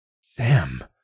Sam